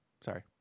Sorry